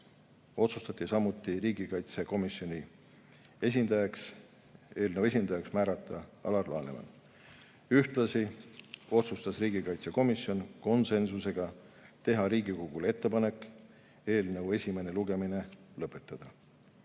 otsustati riigikaitsekomisjoni eelnõu esindajaks määrata Alar Laneman. Ühtlasi otsustas riigikaitsekomisjon konsensusega teha Riigikogule ettepaneku eelnõu esimene lugemine lõpetada.